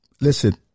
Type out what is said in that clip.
listen